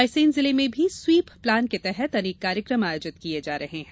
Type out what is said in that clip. रायसेन जिले में भी स्वीप प्लान के तहत अनेक कार्यक्रम आयोजित किये जा रहे हैं